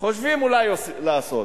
חושבים אולי לעשות.